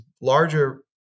larger